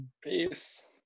Peace